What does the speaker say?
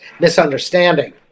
misunderstanding